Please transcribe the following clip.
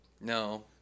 No